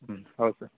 ಹ್ಞೂ ಓಕೆ